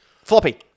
Floppy